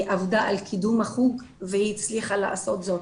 היא עבדה על קידום החוג והיא הצליחה לעשות זאת.